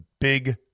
Big